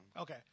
Okay